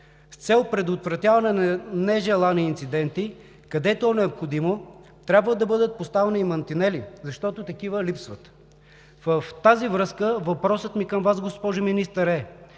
С цел предотвратяване на нежелани инциденти, където е необходимо, трябва да бъдат поставени мантинели, защото такива липсват. В тази връзка въпросът ми към Вас, госпожо Министър, е: